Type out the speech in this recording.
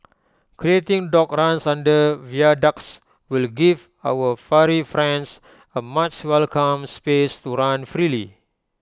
creating dog runs under viaducts will give our furry friends A much welcome space to run freely